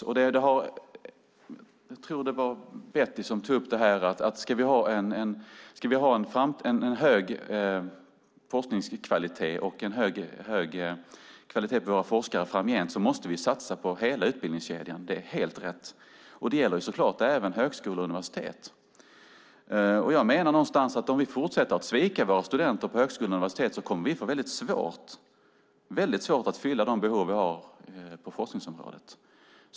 Jag tror att det var Betty Malmberg som tog upp att ska vi ha en hög kvalitet på vår forskning och våra forskare framgent måste vi satsa på hela utbildningskedjan. Det är helt rätt. Det gäller även högskolor och universitet. Jag menar att om vi fortsätter att svika våra studenter på högskolor och universitet kommer vi att få väldigt svårt att fylla de behov vi har på forskningsområdet.